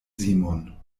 simon